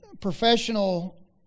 professional